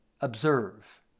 observe